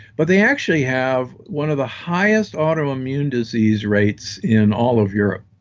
but they actually have one of the highest autoimmune disease rates in all of europe.